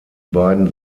beiden